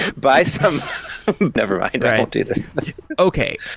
buy some never mind. i won't do this okay.